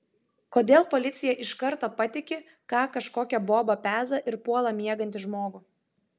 kodėl policija iš karto patiki ką kažkokia boba peza ir puola miegantį žmogų